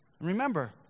Remember